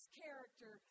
character